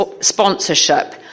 sponsorship